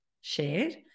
shared